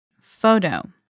Photo